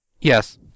Yes